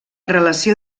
relació